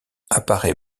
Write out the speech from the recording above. apparaît